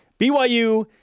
BYU